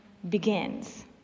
begins